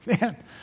Man